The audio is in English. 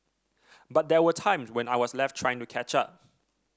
but there were times when I was left trying to catch up